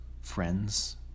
friends